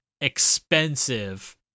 expensive